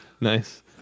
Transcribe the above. Nice